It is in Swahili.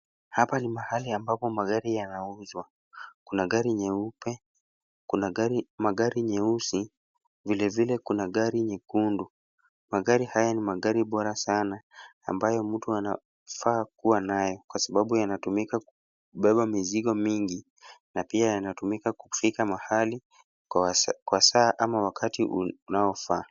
Hapa ni mahali ambapo magari yanauzwa. Kuna gari nyeupe, kuna magari nyeusi, vilevile kuna gari nyekundu. Magari haya ni magari bora sana ambayo mtu anafaa kuwa nayo kwa sababu yanatumika kubeba mizigo mingi, na pia yanatumika kufika mahali kwa saa au wakati unaofaa.